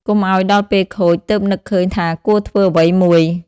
កុំឲ្យដល់ពេលខូច ទើបនឹកឃើញថាគួរធ្វើអ្វីមួយ។